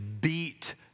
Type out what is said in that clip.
beat